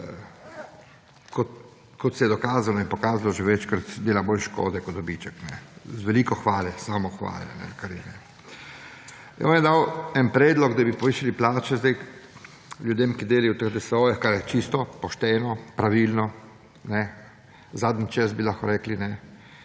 kot se je dokazalo in pokazalo večkrat, dela bolj škodo kot dobiček, z veliko samohvale. On je dal en predlog, da bi povišali plače ljudem, ki delajo v teh DSO-jih, kar je čisto pošteno, pravilno, zadnji čas bi lahko rekli,